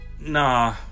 Nah